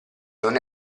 non